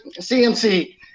CMC